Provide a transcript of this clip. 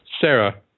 Sarah